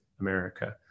America